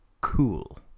cool